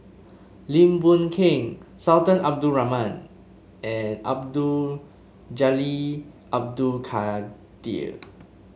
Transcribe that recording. Lim Boon Keng Sultan Abdul Rahman and Abdul Jalil Abdul Kadir